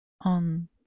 on